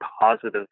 positive